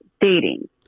dating